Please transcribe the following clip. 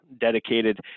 dedicated